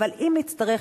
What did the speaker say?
אבל אם נצטרך,